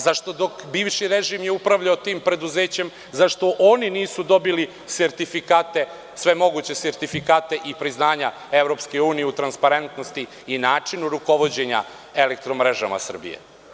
Zašto dok bivši režim je upravljao tim preduzećem, zašto oni nisu dobili sertifikate, sve moguće, i priznanja EU u transparentnosti i načinu rukovođenja „Elektromrežama“ Srbije.